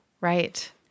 right